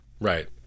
Right